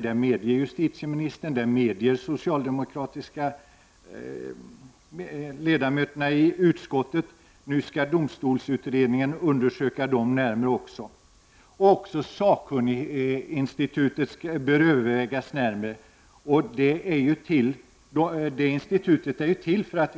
Det medger justitieministern och de socialdemokratiska ledamöterna i utskottet. Och nu skall alltså domstolsutredningen närmare undersöka även hyresnämnderna. Man bör även närmare överväga sakkunniginstitutet. Detta institut är ju till för att